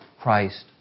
Christ